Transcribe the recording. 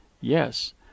Yes